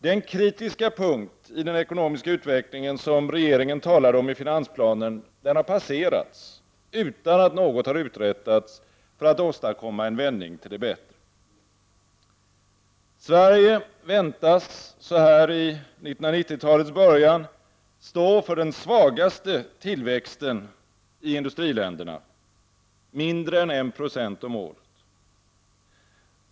Den kritiska punkt i den ekonomiska utvecklingen som regeringen talade om i finansplanen har passerats utan att något har uträttats för att åstadkomma en vändning till det bättre. Sverige väntas så här i 1990-talets början stå för den svagaste tillväxten i industriländerna, mindre än 196 om året.